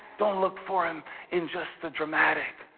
don't look for him in just the dramatic